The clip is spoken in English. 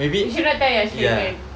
you should not tell your children